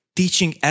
teaching